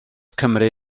cymru